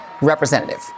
representative